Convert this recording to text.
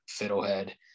Fiddlehead